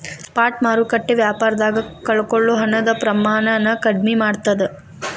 spot ಮಾರುಕಟ್ಟೆ ವ್ಯಾಪಾರದಾಗ ಕಳಕೊಳ್ಳೊ ಹಣದ ಪ್ರಮಾಣನ ಕಡ್ಮಿ ಮಾಡ್ತದ